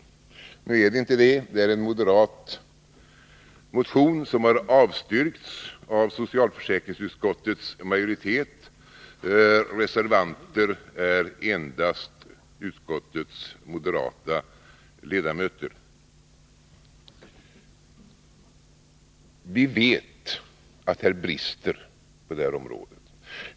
Nu är det inte det, utan en moderat motion, som har avstyrkts av socialförsäkringsutskottets majoritet. Reservanter är endast utskottets moderata ledamöter. Vi vet att det finns brister på rehabiliteringsområdet.